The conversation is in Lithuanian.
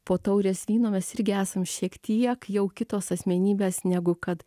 po taurės vyno mes irgi esam šiek tiek jau kitos asmenybės negu kad